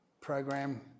program